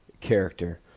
character